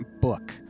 book